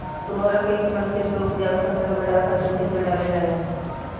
उर्वरक के इस्तेमाल खेत के उपजाऊ क्षमता के बढ़ावे खातिर खेत में डालल जाला